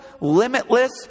limitless